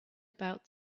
about